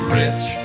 rich